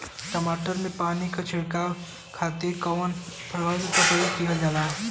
टमाटर में पानी के छिड़काव खातिर कवने फव्वारा का प्रयोग कईल जाला?